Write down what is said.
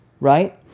right